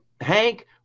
Hank